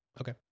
okay